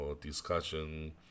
discussion